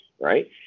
right